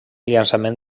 llançament